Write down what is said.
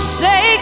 say